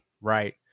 Right